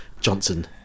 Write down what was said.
Johnson